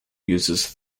uses